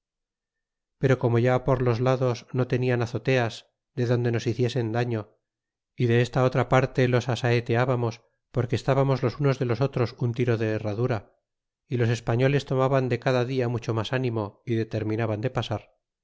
pero como ya por los lados no te nian azoteas de donde nos hiciesen daño y de esta otra par te los asae teábamos porque estábamos los unos de los otros e un tiro de heradura y los españoles tomaban de cada dia mucho mas ánimo y determinaban de pasar